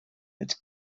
its